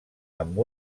amb